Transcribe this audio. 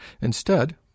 Instead